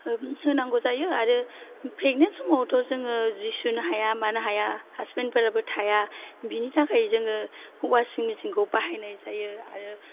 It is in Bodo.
होनांगौ जायो आरो प्रेगनेन्ट समावथ' जोङो सि सुनो हाया मानो हाया हासबेन्दफोराबो थाया बिनि थाखाय जोङो अवासिं मेसिन खौ बाहायनाय जायो आरो